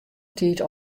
tiid